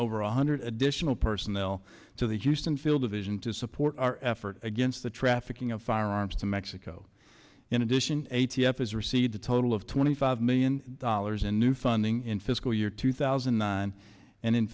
over one hundred additional personnel to the houston field of vision to support our efforts against the trafficking of firearms to mexico in addition a t f has received a total of twenty five million dollars in new funding in fiscal year two thousand and nine and